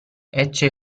ecce